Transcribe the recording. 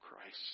Christ